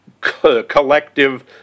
collective